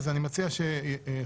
אני מציע שאתה,